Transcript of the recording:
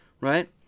right